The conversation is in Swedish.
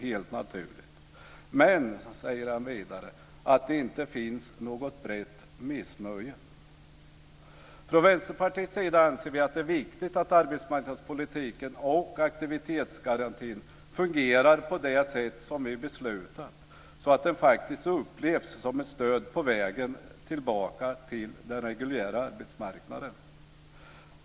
Vidare säger han att det inte finns något brett missnöje. Vi i Vänsterpartiet anser att det är viktigt att arbetsmarknadspolitiken och aktivitetsgarantin fungerar på det sätt som vi beslutat, så att det hela faktiskt upplevs som ett stöd på vägen tillbaka till den reguljära arbetsmarknaden.